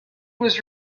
was